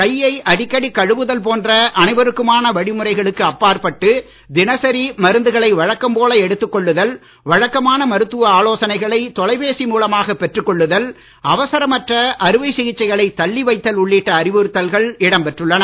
கையை அடிக்கடி கழுவுதல் போன்ற அனைவருக்குமான வழிமுறைகளுக்கு அப்பாற்பட்டு தினசரி மருந்துகளை வழக்கம் போல் எடுத்துக் கொள்ளுதல் வழக்கமான மருத்துவ கொள்ளுதல் அவசரமற்ற அறுவை சிகிச்சைகளை தள்ளி வைத்தல் உள்ளிட்ட அறிவுறுத்தல்கள் இடம்பெற்றுள்ளன